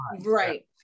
right